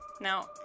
now